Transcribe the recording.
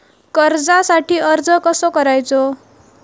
कर्जासाठी अर्ज कसो करायचो?